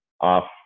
off